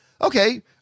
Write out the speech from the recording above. Okay